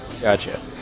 Gotcha